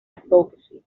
advocacy